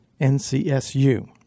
NCSU